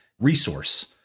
resource